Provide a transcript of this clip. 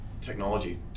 technology